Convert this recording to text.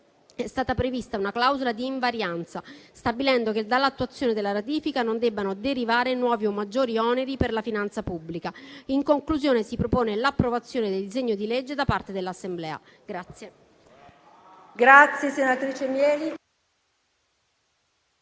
è stata prevista una clausola di invarianza, stabilendo che dall'attuazione della ratifica non debbano derivare nuovi o maggiori oneri per la finanza pubblica. In conclusione, si propone l'approvazione del disegno di legge da parte dell'Assemblea.